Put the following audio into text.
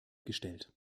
gestellt